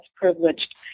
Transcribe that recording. privileged